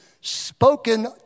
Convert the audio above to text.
spoken